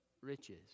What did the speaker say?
riches